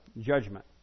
Judgment